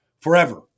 forever